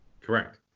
Correct